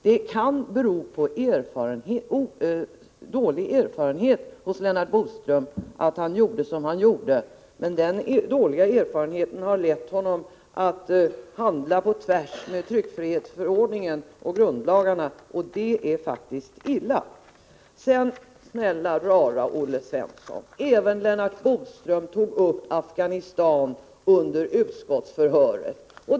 Det kan bero på oerfarenhet hos Lennart Bodström att han gjorde som han gjorde, men den bristande erfarenheten har förlett honom att handla tvärtemot tryckfrihetsförordningen och grundlagarna, och det är faktiskt illa. Snälla, rara Olle Svensson! Även Lennart Bodström tog, under utskottsförhöret, upp Afghanistan.